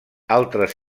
altres